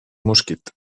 mosquit